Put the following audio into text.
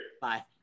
Bye